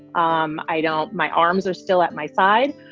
um i don't. my arms are still at my side.